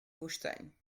woestijn